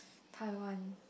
Taiwan